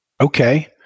Okay